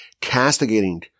castigating